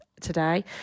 today